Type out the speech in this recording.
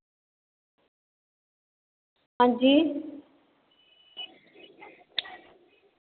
हां जी